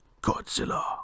godzilla